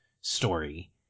story